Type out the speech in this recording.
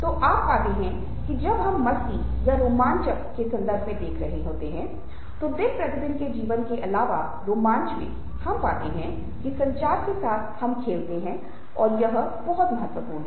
तो आप पाते हैं कि जब हम मस्ती या रोमांचक के संदर्भ में देख रहे होते हैं तो दिन प्रतिदिन के जीवन के अलावा रोमांच में हम पाते हैं कि संचार के साथ हम खेलते हैं और यह बहुत महत्वपूर्ण है